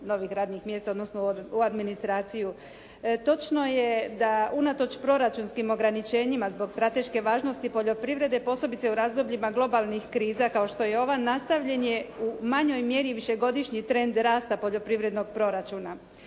novih radnih mjesta, odnosno u administraciju. Točno je da unatoč proračunskim ograničenjima zbog strateške važnosti poljoprivrede, posebice u razdobljima globalnih kriza kao što je ova, nastavljen je u manjoj mjeri višegodišnji trend rasta poljoprivrednog proračuna.